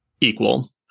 equal